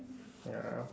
ya I am